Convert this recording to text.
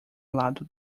lado